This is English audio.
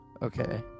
Okay